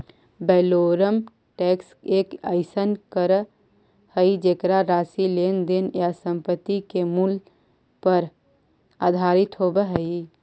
valorem tax एक अइसन कर हइ जेकर राशि लेन देन या संपत्ति के मूल्य पर आधारित होव हइ